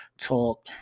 talk